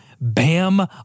Bam